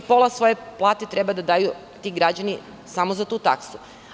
Pola svoje plate treba da daju, ti građani, samo za tu taksu.